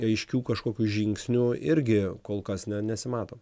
aiškių kažkokių žingsnių irgi kol kas nesimato